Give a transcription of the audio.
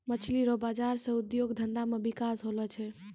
मछली रो बाजार से उद्योग धंधा मे बिकास होलो छै